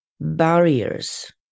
barriers